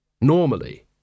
normally